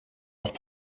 auch